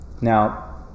Now